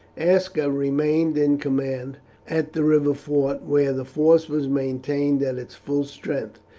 aska remained in command at the river fort, where the force was maintained at its full strength,